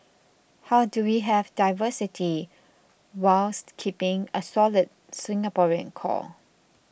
how do we have diversity whilst keeping a solid Singaporean core